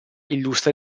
illustra